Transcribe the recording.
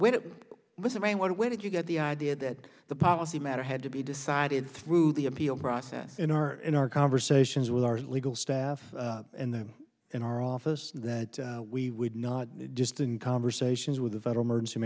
way it was i mean what way did you get the idea that the policy matter had to be decided through the appeals process in our in our conversations with our legal staff and them in our office that we would not just in conversations with the federal emergency